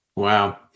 Wow